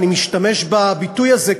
אני משתמש בביטוי הזה,